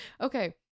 Okay